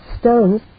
stones